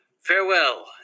Farewell